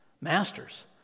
masters